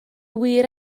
wir